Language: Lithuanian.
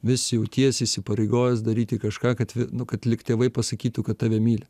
vis jautiesi įsipareigojęs daryti kažką kad nu kad lyg tėvai pasakytų kad tave myli